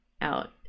out